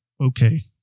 Okay